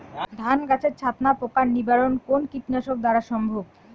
ধান গাছের ছাতনা পোকার নিবারণ কোন কীটনাশক দ্বারা সম্ভব?